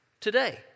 today